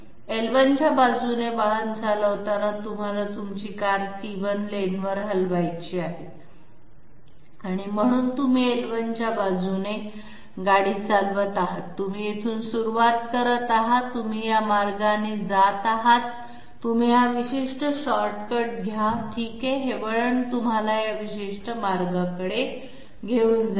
l1 च्या बाजूने वाहन चालवताना तुम्हाला तुमची कार c1 लेनवर हलवायची आहे म्हणून तुम्ही l1 च्या बाजूने गाडी चालवत आहात तुम्ही येथून सुरुवात करत आहात तुम्ही या मार्गाने जात आहात तुम्ही हा विशिष्ट शॉर्टकट घ्या ठीक आहे आणि हे वळण तुम्हाला या विशिष्ट मार्गाकडे घेऊन जाईल